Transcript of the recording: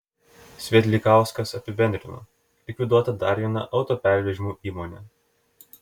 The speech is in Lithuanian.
svietlikauskas apibendrino likviduota dar viena autopervežimų įmonė